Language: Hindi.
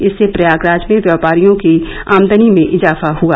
इससे प्रयागराज में व्यापारियों की आमदनी में इजाफा हआ